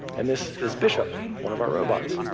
and this is bishop, one of our robots.